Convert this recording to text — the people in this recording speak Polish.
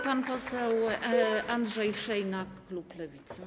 Pan poseł Andrzej Szejna, klub Lewica.